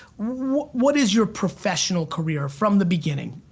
what is your professional career from the beginning?